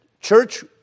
church